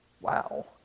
Wow